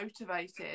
motivated